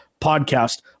podcast